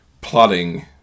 plotting